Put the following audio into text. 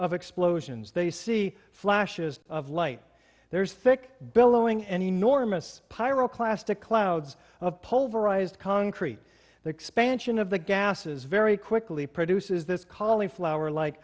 of explosions they see flashes of light there's thick bellowing and enormous pyro plastic clouds of polarized concrete the expansion of the gases very quickly produces this kali flower like